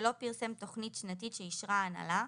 שלא פרסם תכנית שנתית שאישרה ההנהלה,